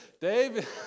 Dave